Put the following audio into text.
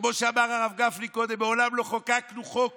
כמו שאמר הרב גפני קודם, מעולם לא חוקקנו חוק